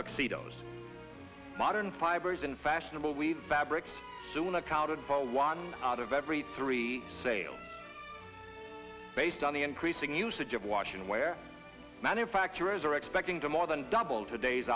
tuxedoes modern fibers in fashionable weave babri soon accounted for one out of every three sales based on the increasing usage of washing where manufacturers are expecting to more than double today's